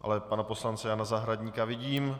Ale pana poslance Jana Zahradníka vidím.